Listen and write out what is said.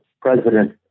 president